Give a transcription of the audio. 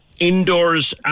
indoors